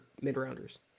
mid-rounders